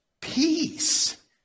peace